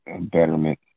betterment